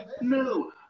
No